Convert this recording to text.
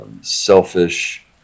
selfish